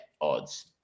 odds